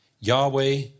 Yahweh